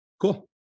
cool